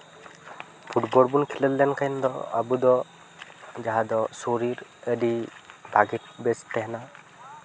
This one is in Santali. ᱯᱷᱩᱴᱵᱚᱞ ᱵᱚᱱ ᱠᱷᱮᱞᱳᱰ ᱞᱮᱱᱠᱷᱟᱱ ᱫᱚ ᱟᱵᱚ ᱫᱚ ᱡᱟᱦᱟᱸ ᱫᱚ ᱦᱚᱲᱢᱚ ᱟᱹᱰᱤ ᱵᱷᱟᱹᱜᱤ ᱵᱮᱥ ᱛᱟᱦᱮᱱᱟ